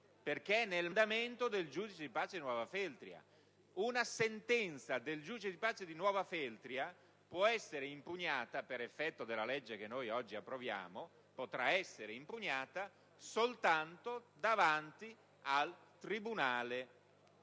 ripeto, è nel mandamento del giudice di pace di Novafeltria. Una sentenza del giudice di pace di Novafeltria, per effetto della legge che noi oggi approviamo, potrà essere impugnata soltanto davanti al tribunale